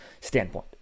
standpoint